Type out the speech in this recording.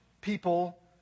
people